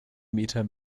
meter